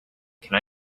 can